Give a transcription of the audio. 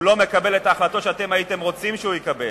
הוא לא מקבל את ההחלטות שאתם הייתם רוצים שהוא יקבל.